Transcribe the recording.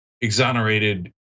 exonerated